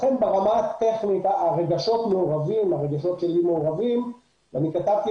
לכן ברמה הטכנית הרגשות מעורבים ואני כתבתי